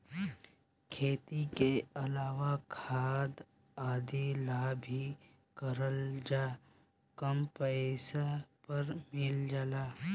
खेती के अलावा खाद आदि ला भी करजा कम पैसा पर मिल जाला